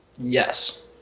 Yes